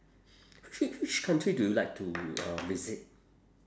which which country do you like to uh visit